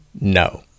No